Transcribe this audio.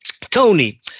Tony